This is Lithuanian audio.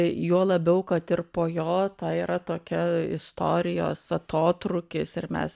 juo labiau kad ir po jo ta yra tokia istorijos atotrūkis ir mes